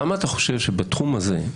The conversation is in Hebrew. למה אתה חושב שבתחום הזה,